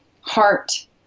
heart